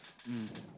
mm